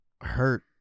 hurt